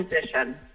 position